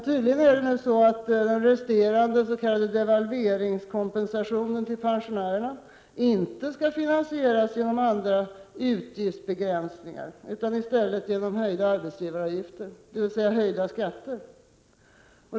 Tydligen skall nu den resterande s.k. devalveringskompensationen till pensionärerna inte finansieras genom andra utgiftsbegränsningar, utan i stället genom höjda arbetsgivaravgifter, dvs. höjda skatter.